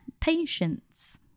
Patience